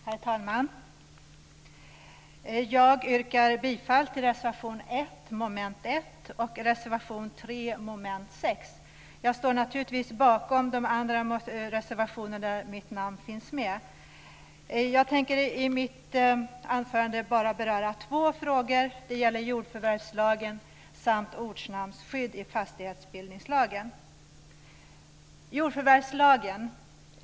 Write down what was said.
Herr talman! Jag yrkar bifall till reservation nr 1 under mom. 1 och reservation nr 3 under mom. 6. Jag står naturligtvis bakom de andra reservationer där mitt namn finns med. I mitt anförande tänker jag bara beröra två frågor, nämligen jordförvärvslagen och ortnamnsskydd i fastighetsbildningslagen.